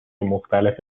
مختلف